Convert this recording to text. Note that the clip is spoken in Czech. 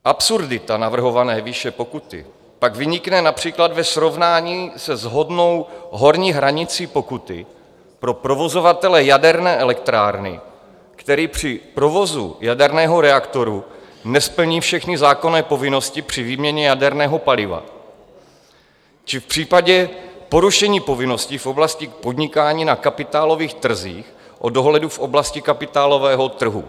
Absurdita navrhované výše pokuty pak vynikne například ve srovnání se shodnou horní hranicí pokuty pro provozovatele jaderné elektrárny, který při provozu jaderného reaktoru nesplní všechny zákonné povinnosti při výměně jaderného paliva, či v případě porušení povinností v oblasti podnikání na kapitálových trzích o dohledu v oblasti kapitálového trhu.